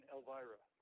Elvira